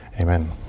Amen